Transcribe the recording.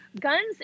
guns